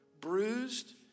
bruised